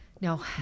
No